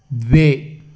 द्वे